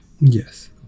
yes